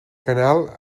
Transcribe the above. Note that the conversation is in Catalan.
canal